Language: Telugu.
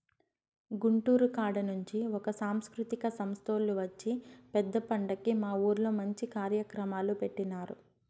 గుంటూరు కాడ నుంచి ఒక సాంస్కృతిక సంస్తోల్లు వచ్చి పెద్ద పండక్కి మా ఊర్లో మంచి కార్యక్రమాలు పెట్టినారు